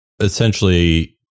essentially